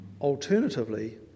Alternatively